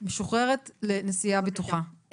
את משוחררת לנסיעה בטוחה.